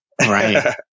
Right